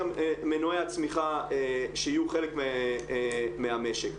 מנועי הצמיחה שיהיו חלק מהמשק.